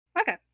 Okay